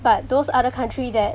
but those other country that